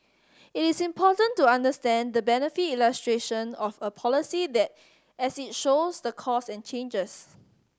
it is important to understand the benefit illustration of a policy as it shows the costs and charges